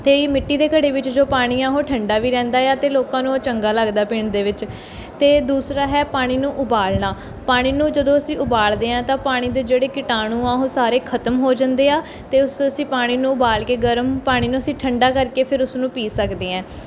ਅਤੇ ਮਿੱਟੀ ਦੇ ਘੜੇ ਵਿੱਚ ਜੋ ਪਾਣੀ ਹੈ ਉਹ ਠੰਡਾ ਵੀ ਰਹਿੰਦਾ ਆ ਅਤੇ ਲੋਕਾਂ ਨੂੰ ਉਹ ਚੰਗਾ ਲੱਗਦਾ ਪੀਣ ਦੇ ਵਿੱਚ ਅਤੇ ਦੂਸਰਾ ਹੈ ਪਾਣੀ ਨੂੰ ਉਬਾਲਣਾ ਪਾਣੀ ਨੂੰ ਜਦੋਂ ਅਸੀਂ ਉਬਾਲਦੇ ਹਾਂ ਤਾਂ ਪਾਣੀ ਦੇ ਜਿਹੜੇ ਕੀਟਾਣੂ ਆ ਉਹ ਸਾਰੇ ਖਤਮ ਹੋ ਜਾਂਦੇ ਆ ਅਤੇ ਉਸ ਅਸੀਂ ਪਾਣੀ ਨੂੰ ਉਬਾਲ ਕੇ ਗਰਮ ਪਾਣੀ ਨੂੰ ਅਸੀਂ ਠੰਡਾ ਕਰਕੇ ਫਿਰ ਉਸਨੂੰ ਪੀ ਸਕਦੇ ਹੈ